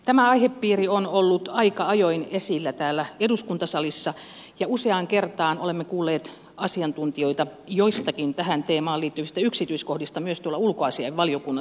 tämä aihepiiri on ollut aika ajoin esillä täällä eduskuntasalissa ja useaan kertaan olemme kuulleet asiantuntijoita joistakin tähän teemaan liittyvistä yksityiskohdista myös tuolla ulkoasiainvaliokunnassa